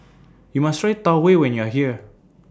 YOU must Try Tau Huay when YOU Are here